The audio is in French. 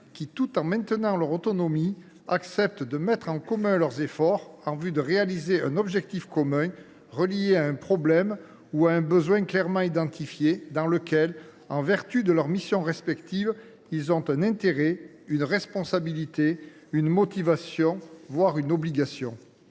qui, tout en maintenant leur autonomie, acceptent de mettre en commun leurs efforts en vue de réaliser un objectif commun relié à un problème ou à un besoin clairement identifié dans lequel, en vertu de leur mission respective, ils ont un intérêt, une responsabilité, une motivation, voire une obligation